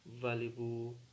valuable